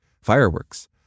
fireworks